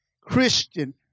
Christian